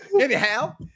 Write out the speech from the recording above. anyhow